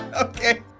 Okay